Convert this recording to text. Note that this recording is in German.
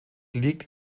liegt